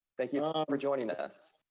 thank you um ah for joining us.